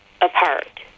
apart